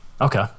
okay